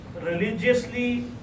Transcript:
religiously